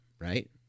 right